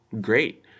great